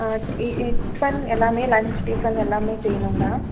ஆ tiffin எல்லாமே lunch tiffin எல்லாமே செய்யணுங்களா